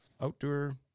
outdoor